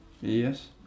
Yes